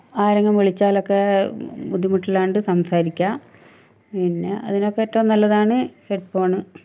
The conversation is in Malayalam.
ആരെങ്കിലും വിളിച്ചാലൊക്കെ ബുദ്ധിമുട്ടില്ലാണ്ട് സംസാരിക്കുക പിന്നെ അതിനൊക്കെ ഏറ്റവും നല്ലതാണ് ഹെഡ്ഫോണ്